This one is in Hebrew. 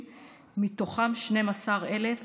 מתוכם 12,000